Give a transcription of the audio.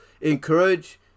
Encourage